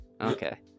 Okay